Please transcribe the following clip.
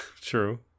True